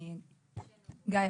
אגב,